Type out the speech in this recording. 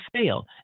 fail